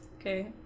Okay